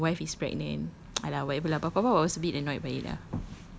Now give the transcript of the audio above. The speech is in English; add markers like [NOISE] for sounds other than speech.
because my wife is pregnant [NOISE] !alah! whatever lah papa was a bit annoyed by it ah